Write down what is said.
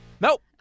Nope